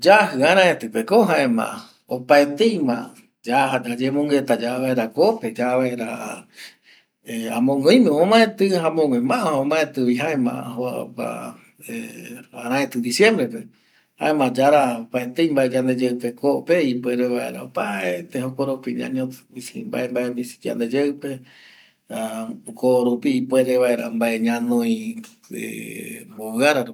Yaji araete pe ko jaema opaetei ma yaja yayemongueta ya vaera ko pe amogüe oime ma omaeti jaema okua arata diciembre pe jaema yarata opaetei vae ko pe ipuere vaera mbae ñanoi vovi ara pe